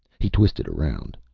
he twisted around.